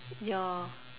your